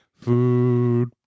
Food